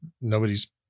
Nobody's